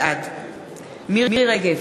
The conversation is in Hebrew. בעד מירי רגב,